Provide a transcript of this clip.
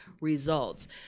results